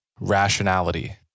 rationality